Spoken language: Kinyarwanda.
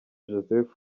joseph